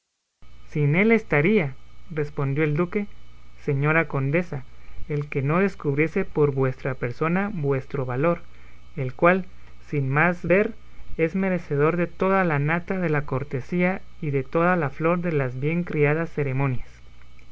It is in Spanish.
sin él estaría respondió el duque señora condesa el que no descubriese por vuestra persona vuestro valor el cual sin más ver es merecedor de toda la nata de la cortesía y de toda la flor de las bien criadas ceremonias